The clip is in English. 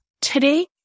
Today